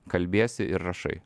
kalbiesi ir rašai